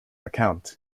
account